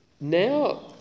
now